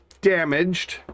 damaged